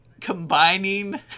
combining